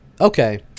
Okay